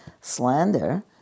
slander